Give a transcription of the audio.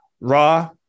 raw